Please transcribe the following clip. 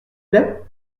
plait